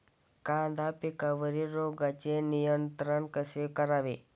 कांदा पिकावरील रोगांचे नियंत्रण कसे करावे?